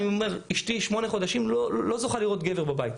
אשתי שמונה חודשים לא זוכה לראות גבר בבית.